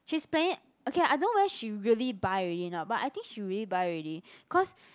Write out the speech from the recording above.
she's planning okay ah I don't know whether she really buy already not but I think she really buy already cause